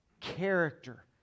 character